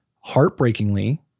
Heartbreakingly